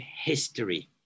history